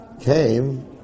came